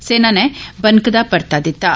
सेना नै बनकदा परता दित्ता